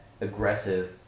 aggressive